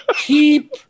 Keep